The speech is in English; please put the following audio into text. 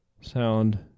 sound